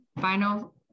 final